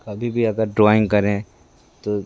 कभी भी अगर ड्रॉइंग करें तो